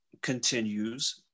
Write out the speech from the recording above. continues